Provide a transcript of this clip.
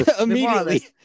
Immediately